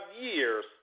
years